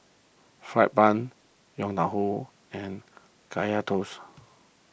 Fried Bun Yong Tau Foo and Kaya Toast